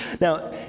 Now